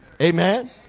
Amen